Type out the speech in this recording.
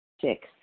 Six